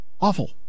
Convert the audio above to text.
Awful